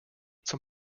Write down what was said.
zum